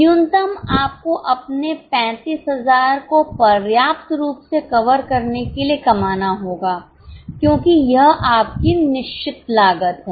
न्यूनतम आपको अपने 35000 को पर्याप्त रूप से कवर करने के लिए कमाना होगा क्योंकि यह आपकी निश्चित लागत है